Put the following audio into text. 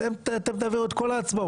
אתם תעבירו את כל ההצבעות.